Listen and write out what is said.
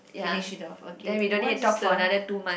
finish it off okay what is the